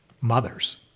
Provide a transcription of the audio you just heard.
mothers